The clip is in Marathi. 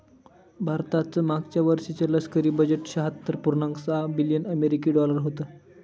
भारताचं मागच्या वर्षीचे लष्करी बजेट शहात्तर पुर्णांक सहा बिलियन अमेरिकी डॉलर होतं